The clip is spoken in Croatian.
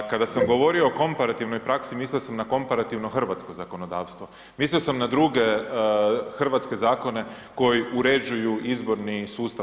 Kada sam govorio o komparativnoj praksi mislio sam na komparativno hrvatsko zakonodavstvo, mislio sam na druge hrvatske zakone koji uređuju izborni sustav.